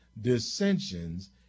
dissensions